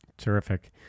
Terrific